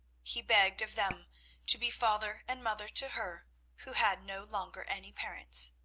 he begged of them to be father and mother to her who had no longer any parents.